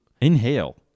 inhale